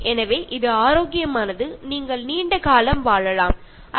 അപ്പോൾ ഇത് നിങ്ങളെ ആരോഗ്യത്തോടെ ദീർഘകാലം ജീവിക്കാൻ സഹായിക്കും